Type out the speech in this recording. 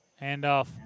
handoff